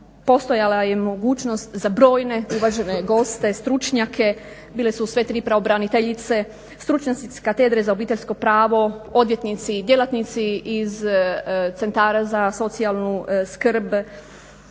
postojala je mogućnost za brojne uvažene goste, stručnjake, bile su sve tri pravobraniteljice, stručnjaci s Katedre za obiteljsko pravo, odvjetnici, djelatnici iz centara za socijalnu skrb,